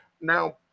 now